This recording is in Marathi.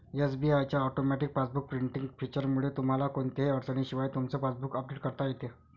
एस.बी.आय च्या ऑटोमॅटिक पासबुक प्रिंटिंग फीचरमुळे तुम्हाला कोणत्याही अडचणीशिवाय तुमचं पासबुक अपडेट करता येतं